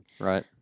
Right